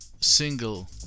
single